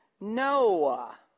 Noah